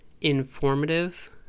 informative